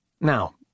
Now